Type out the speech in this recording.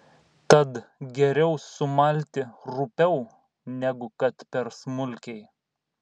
tad geriau sumalti rupiau negu kad per smulkiai